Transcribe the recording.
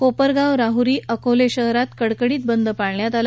कोपरगाव राहरी अकोले शहरात कडकडीत बंद पाळण्यात आला